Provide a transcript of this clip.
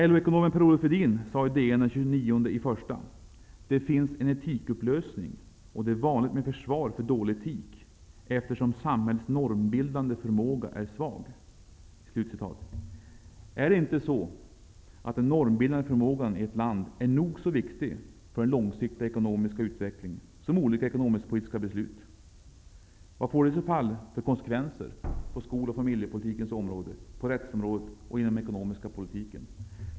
LO-ekonomen P-O Edin skrev i DN den 29 januari: ''Det finns en moralupplösning, och det är vanligt med försvar för dålig moral eftersom samhällets normbildande förmåga är svag.'' Är det inte så att den normbildande förmågan i ett land är nog så viktig för den långsiktiga ekonomiska utvecklingen som olika ekonomisk-politiska beslut? Vad får det i så fall för konsekvenser på skol och familjepolitikens område, på rättsområdet och inom den ekonomiska politiken?